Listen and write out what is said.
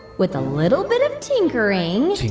with a little bit of tinkering.